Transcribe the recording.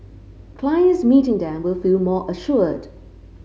clients meeting them will feel more assured